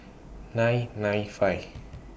nine nine five